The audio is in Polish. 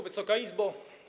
Wysoka Izbo!